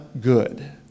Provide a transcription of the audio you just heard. good